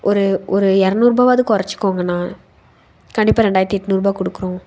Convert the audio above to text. ஒரு ஒரு இரநூற்பாவாவது கஉறைச்சிக்கோங்கண்ணா கண்டிப்பாக ரெண்டாயிரத்தி எட்நூற்ரூபா கொடுக்குறோம்